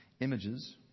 images